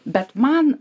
bet man